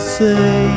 say